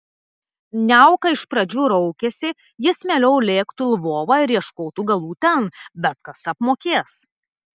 niauka iš pradžių raukėsi jis mieliau lėktų į lvovą ir ieškotų galų ten bet kas apmokės